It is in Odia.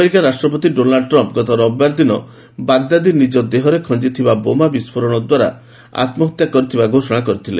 ଆମେରିକା ରାଷ୍ଟ୍ରପତି ଡୋନାଲ୍ଚ ଟ୍ରମ୍ପ୍ ଗତ ରବିବାର ଦିନ ବାଗ୍ଦାଦି ନିଜ ଦେହରେ ଖଞ୍ଜିଥିବା ବୋମା ଦ୍ୱାରା ବିସ୍ଫୋରଣ କରାଇ ଆତ୍କହତ୍ୟା କରିଥିବା ଘୋଷଣା କରିଥିଲେ